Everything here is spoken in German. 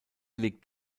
liegt